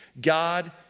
God